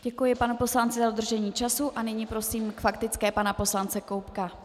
Děkuji panu poslanci za dodržení času a nyní prosím k faktické pana poslance Koubka.